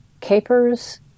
capers